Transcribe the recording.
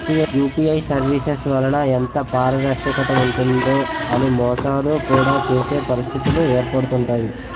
UPI services వలన ఎంత పారదర్శకత ఉంటుందో అని మోసాలు కూడా చేసే పరిస్థితిలు ఏర్పడుతుంటాయి